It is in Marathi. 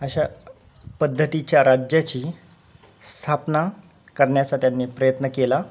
अशा पद्धतीच्या राज्याची स्थापना करण्याचा त्यांनी प्रयत्न केला